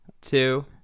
two